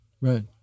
right